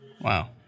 Wow